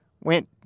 went